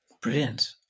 Brilliant